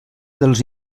dels